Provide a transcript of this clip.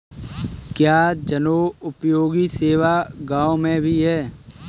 क्या जनोपयोगी सेवा गाँव में भी है?